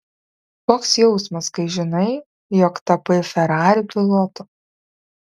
koks jausmas kai žinai jog tapai ferrari pilotu